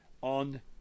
on